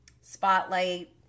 spotlight